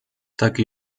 taki